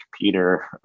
Peter